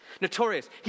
Notorious